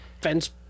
fence